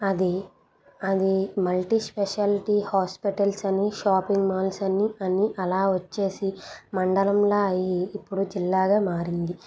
అదీ అది multi speciality hospitals అని షాపింగ్ మాల్స్ అని అన్నీ అలా వచ్చేసి మండలంలా అయ్యి ఇప్పుడు జిల్లాగా మారింది